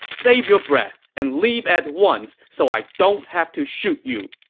save your breath and leave at once so i don't have to shoot you!